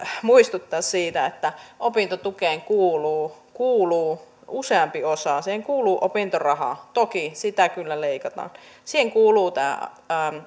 muistuttaa siitä että opintotukeen kuuluu kuuluu useampi osa siihen kuuluu opintoraha toki sitä kyllä leikataan siihen kuuluu tämä